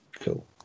Cool